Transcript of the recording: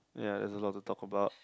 yeah there's a lot to talk about